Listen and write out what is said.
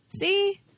See